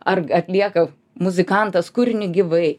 ar g atlieka muzikantas kūrinį gyvai